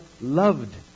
loved